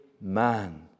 man